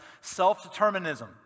self-determinism